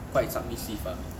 quite submissive ah